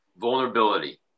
vulnerability